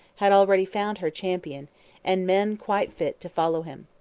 had already found her champion and men quite fit to follow him.